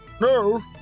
No